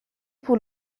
pour